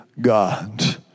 God